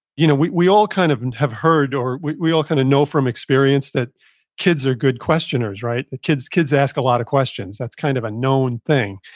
you know we we all kind of have heard or we we all kind of know from experience that kids are good questioners. kids kids ask a lot of questions. that's kind of a known thing.